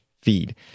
feed